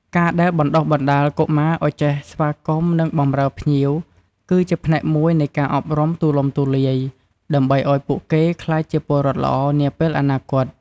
ការដែលបណ្តុះបណ្តាលកុមារឲ្យចេះស្វាគមន៍ និងបម្រើភ្ញៀវ គឺជាផ្នែកមួយនៃការអប់រំទូលំទូលាយ ដើម្បីឲ្យពួកគេក្លាយជាពលរដ្ឋល្អនាពេលអនាគត។